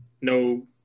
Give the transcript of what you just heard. No